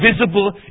visible